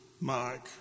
Mike